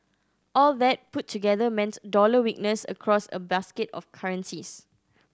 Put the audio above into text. all that put together meant dollar weakness across a basket of currencies